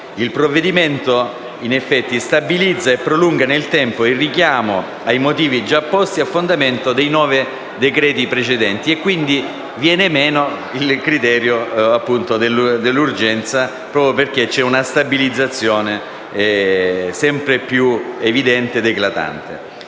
Il provvedimento, in effetti, stabilizza e prolunga nel tempo il richiamo ai motivi già posti a fondamento dei nove decreti-legge precedenti; viene quindi meno il criterio dell'urgenza, proprio perché c'è una stabilizzazione sempre più evidente ed eclatante.